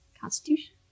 constitution